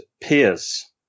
peers